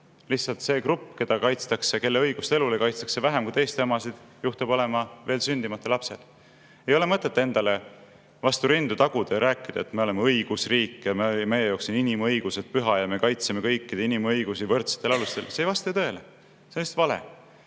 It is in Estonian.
lihtsalt see grupp, kelle õigust elule kaitstakse vähem kui teiste õigust elule, juhtub olema veel sündimata lapsed. Ei ole mõtet endale vastu rindu taguda ja rääkida, et me oleme õigusriik ja meie jaoks on inimõigused püha ja me kaitseme kõikide inimõigusi võrdsetel alustel. See ei vasta tõele. See on täiesti vale.